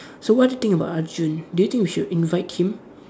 so what do you think about Arjun do you think we should invite him